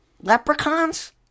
leprechauns